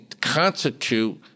constitute